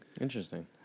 interesting